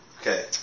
Okay